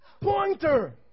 pointer